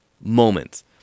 moments